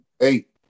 eight